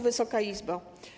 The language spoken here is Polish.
Wysoka Izbo!